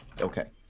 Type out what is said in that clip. okay